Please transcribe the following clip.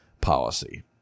policy